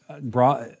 brought